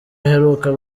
aheruka